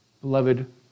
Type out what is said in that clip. beloved